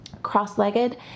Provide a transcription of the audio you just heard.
cross-legged